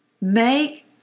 Make